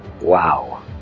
Wow